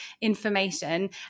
information